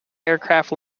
aircraft